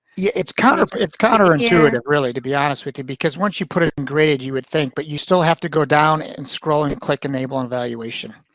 yeah, it's counter, it's counterintuitive really, to be honest with you, because once you put it in graded, you would think, but you still have to go down and scroll and click enable evaluation.